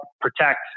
protect